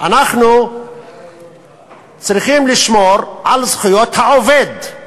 אנחנו צריכים לשמור על זכויות העובד.